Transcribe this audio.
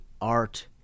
art